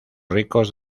ricos